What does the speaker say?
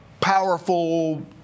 powerful